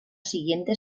siguiente